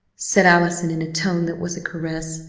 said allison in a tone that was a caress,